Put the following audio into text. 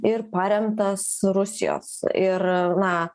ir paremtas rusijos ir na